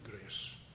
grace